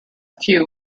few